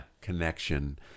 connection